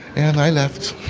and i left